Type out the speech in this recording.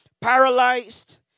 paralyzed